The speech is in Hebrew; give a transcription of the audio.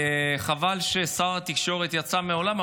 חבל ששר התקשורת יצא מהאולם,